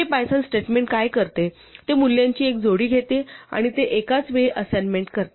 हे Python statement काय करते ते मूल्यांची एक जोडी घेते आणि ते एकाचवेळी असाइनमेंट करते